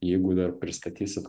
jeigu dar pristatysit